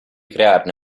crearne